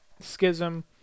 Schism